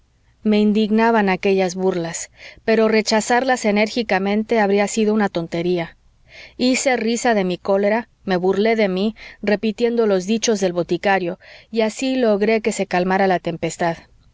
me indignaban aquellas burlas pero rechazarlas enérgicamente habría sido una tontería hice risa de mi cólera me burlé de mí repitiendo los dichos del boticario y así logré que se calmara la tempestad